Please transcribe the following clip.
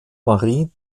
marie